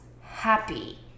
happy